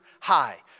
high